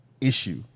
issue